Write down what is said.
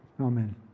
Amen